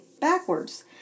backwards